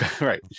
right